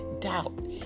doubt